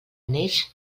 neix